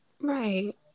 right